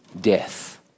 death